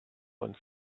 one